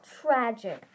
tragic